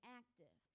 active